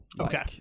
Okay